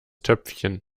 töpfchen